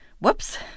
Whoops